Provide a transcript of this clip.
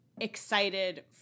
excited